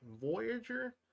Voyager